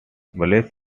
bless